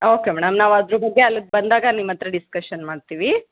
okay madam ನಾವು ಅದ್ರ ಬಗ್ಗೆ ಅಲ್ಲಿಗ್ ಬಂದಾಗ ನಿಮ್ಮತ್ತಿರ ಡಿಸ್ಕಶನ್ ಮಾಡ್ತೀವಿ